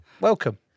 welcome